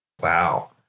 Wow